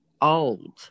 old